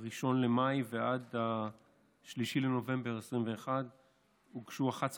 1 במאי ל-3 בנובמבר 2021 הוגשו למעשה 11